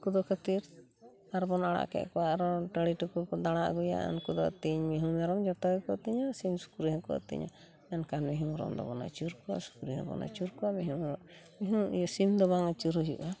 ᱩᱱᱠᱩ ᱫᱚ ᱠᱷᱟᱹᱛᱤᱨ ᱟᱨᱵᱚᱱ ᱟᱲᱟᱜ ᱠᱮᱫ ᱠᱚᱣᱟ ᱟᱨᱚ ᱴᱟᱬᱤ ᱴᱤᱠᱩᱨ ᱠᱚ ᱫᱟᱬᱟ ᱟᱹᱜᱩᱭᱟ ᱩᱱᱠᱩᱫᱚ ᱟᱛᱤᱝ ᱢᱤᱦᱩ ᱢᱮᱨᱚᱢ ᱡᱚᱛᱚ ᱜᱮᱠᱚ ᱟᱛᱤᱧᱟ ᱥᱤᱢ ᱥᱩᱠᱨᱤ ᱦᱚᱸᱠᱚ ᱟᱛᱤᱧᱟ ᱢᱮᱱᱠᱷᱟᱱ ᱢᱤᱦᱩ ᱢᱮᱨᱚᱢ ᱫᱚᱵᱚᱱ ᱟᱪᱩᱨ ᱠᱚᱣᱟ ᱥᱩᱠᱨᱤ ᱦᱚᱸᱵᱚᱱ ᱟᱪᱩᱨ ᱠᱚᱣᱟ ᱢᱤᱦᱩ ᱢᱮᱨᱚᱢ ᱤᱭᱟᱹ ᱥᱤᱢ ᱫᱚ ᱵᱟᱝ ᱟᱪᱩᱨ ᱦᱩᱭᱩᱜᱼᱟ